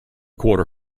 quarter